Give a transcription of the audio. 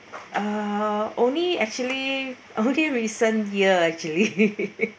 uh only actually only recent year actually